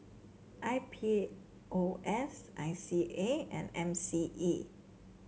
I P O S I C A and M C E